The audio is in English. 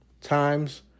times